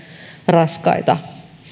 raskaita